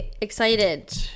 excited